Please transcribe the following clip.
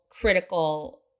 critical